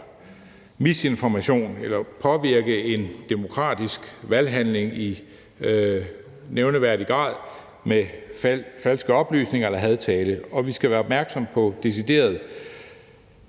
misinformation eller til at påvirke en demokratisk valghandling i nævneværdig grad med falske oplysninger eller hadtale. Og vi skal være opmærksomme på decideret